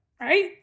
right